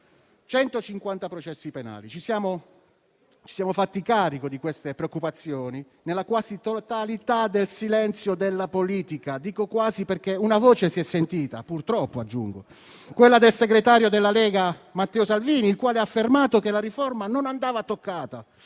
150 processi penali. Ci siamo fatti carico di queste preoccupazioni, nella quasi totalità del silenzio della politica. Dico quasi, perché una voce si è sentita - purtroppo, aggiungo - quella del segretario della Lega Matteo Salvini, il quale ha affermato che la riforma non andava toccata,